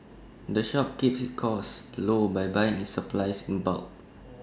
the shop keeps its costs low by buying its supplies in bulk